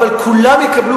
אבל כולם יקבלו,